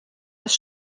das